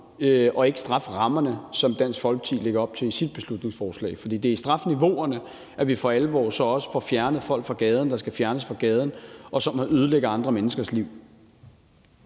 og ikke strafferammerne, som Dansk Folkeparti lægger op til at skærpe i sit beslutningsforslag. For det er gennem strafniveauerne, at vi for alvor får fjernet folk fra gaden, som skal fjernes fra gaden, og som ødelægger andre menneskers liv.